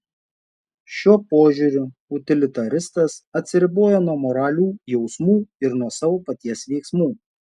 šiuo požiūriu utilitaristas atsiriboja nuo moralių jausmų ir nuo savo paties veiksmų